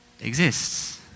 Exists